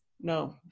no